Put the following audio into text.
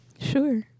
Sure